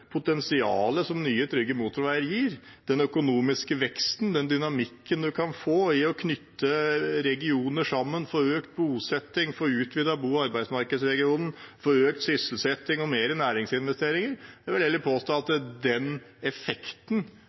nye, sikre og trygge firefelts motorveier – den økonomiske veksten, den dynamikken man kan få ved å knytte regioner sammen, få økt bosettingen, få utvidet bo- og arbeidsmarkedsregionen, få økt sysselsettingen og mer næringsinvesteringer – vil jeg heller påstå